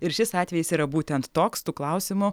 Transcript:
ir šis atvejis yra būtent toks tų klausimų